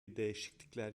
değişiklikler